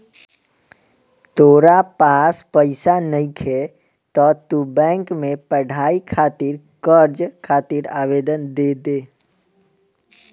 तोरा पास पइसा नइखे त तू बैंक में पढ़ाई खातिर कर्ज खातिर आवेदन दे दे